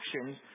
actions